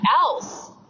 else